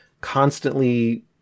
constantly